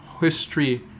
history